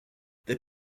they